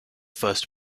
first